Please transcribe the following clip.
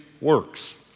Works